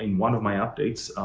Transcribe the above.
and one of my updates,